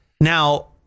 Now